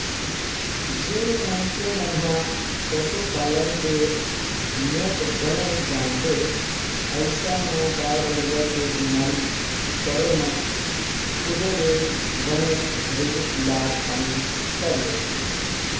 जेन मनखे मन ह पसुपालन के नेत बने जानथे अइसन म गाय गरुवा के बीमार पड़े म खुदे ले बने घरेलू इलाज पानी कर लेथे